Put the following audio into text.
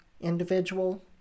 individual